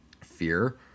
fear